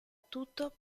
tutto